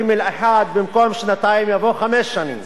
במקום "שנתיים" יבוא "חמש שנים";